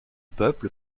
peuple